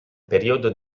periodo